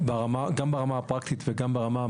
ברמה הפרקטית וברמה המעשית,